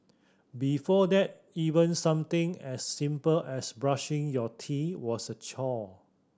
before that even something as simple as brushing your teeth was a chore